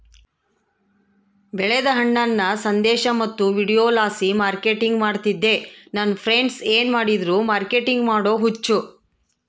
ಬೆಳೆದ ಹಣ್ಣನ್ನ ಸಂದೇಶ ಮತ್ತು ವಿಡಿಯೋಲಾಸಿ ಮಾರ್ಕೆಟಿಂಗ್ ಮಾಡ್ತಿದ್ದೆ ನನ್ ಫ್ರೆಂಡ್ಸ ಏನ್ ಮಾಡಿದ್ರು ಮಾರ್ಕೆಟಿಂಗ್ ಮಾಡೋ ಹುಚ್ಚು